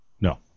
No